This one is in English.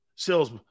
Sales